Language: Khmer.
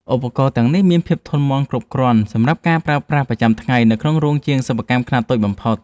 ឧបករណ៍ទាំងនេះមានភាពធន់មាំគ្រប់គ្រាន់សម្រាប់ការប្រើប្រាស់ប្រចាំថ្ងៃនៅក្នុងរោងជាងសិប្បកម្មខ្នាតតូចបំផុត។